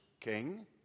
king